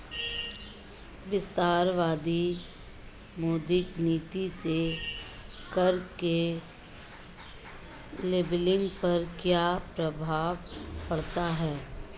विस्तारवादी मौद्रिक नीति से कर के लेबलिंग पर क्या प्रभाव पड़ता है?